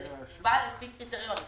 זה נקבע לפי קריטריון.